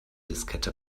diskette